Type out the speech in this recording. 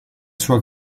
sua